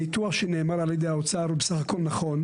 הניתוח שנאמר על ידי האוצר הוא סך הכל נכון.